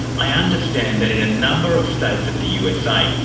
i understand that in a number of states of the usa,